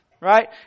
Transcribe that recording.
Right